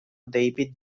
david